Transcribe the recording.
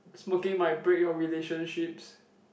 smoking might break your relationships